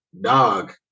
dog